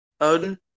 Odin